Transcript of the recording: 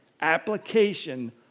application